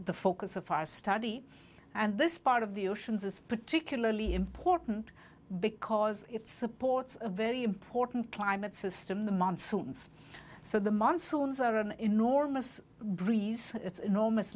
the focus of our study and this part of the oceans is particularly important because it supports a very important climate system the monsoons so the monsoons are an enormous breeze it's enormous